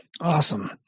Awesome